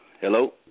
Hello